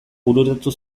bururatu